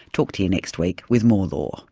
talk to you next week with more law